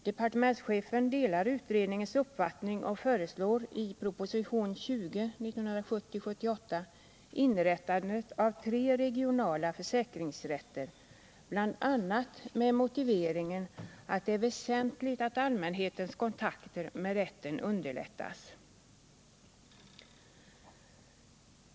Departementschefen delar utredningens uppfattning och föreslår i proposition 1977/78:20 inrättandet av tre regionala försäkringsrätter, bl.a. med motiveringen att det är väsentligt att allmänhetens kontakter med rätten underlättas.